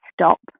stop